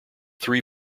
three